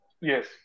Yes